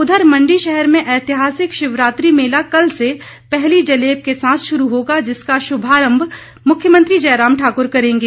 उधर मंडी शहर में ऐतिहासिक शिवरात्रि मेला कल से पहली जलेब के साथ शुरू होगा जिसका शुभारम्म मुख्यमंत्री जयराम ठाकुर करेंगे